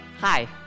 Hi